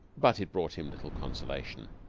but it brought him little consolation.